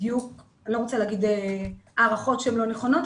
אני לא רוצה להגיד הערכות שהן לא נכונות.